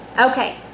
Okay